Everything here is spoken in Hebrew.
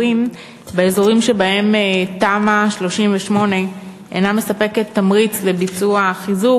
מגורים באזורים שבהם תמ"א 38 אינה מספקת תמריץ לביצוע החיזוק,